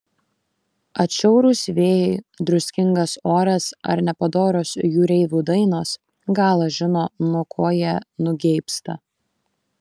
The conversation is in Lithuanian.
atšiaurūs vėjai druskingas oras ar nepadorios jūreivių dainos galas žino nuo ko jie nugeibsta